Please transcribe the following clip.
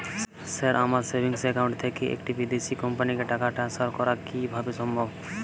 Sir আমার savings account থেকে একটি বিদেশি কোম্পানিকে টাকা ট্রান্সফার করা কীভাবে সম্ভব?